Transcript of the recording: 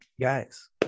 guys